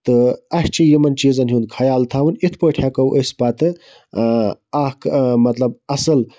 تہٕ اَسہِ چھُ یِمَن چیٖزَن ہُنٛد خیال تھاوُن کِتھ پٲٹھۍ ہیٚکو أسۍ پَتہٕ اکھ مَطلَب اصل